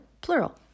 plural